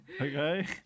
Okay